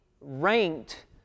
ranked